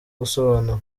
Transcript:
gusobanura